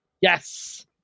Yes